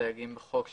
הסייגים בחוק שמונעים.